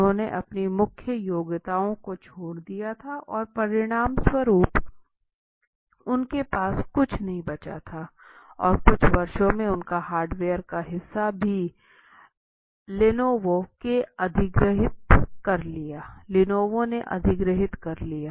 उन्होंने अपनी मुख्य योग्यताओं को छोड़ दिया था और परिणामस्वरूप उनके पास कुछ नहीं बचा था और कुछ वर्षों में उनका हार्डवेयर का हिस्सा भी लेनोवो ने अधिग्रहित कर लिया